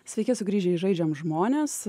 sveiki sugrįžę į žaidžiam žmones